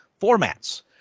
formats